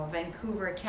Vancouver